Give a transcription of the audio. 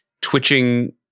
twitching